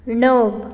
णव